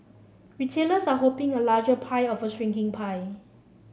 retailers are hoping a larger pie of a shrinking pie